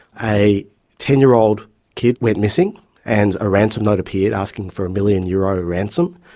a ten year old kid went missing and a ransom note appeared asking for a million euro ransom.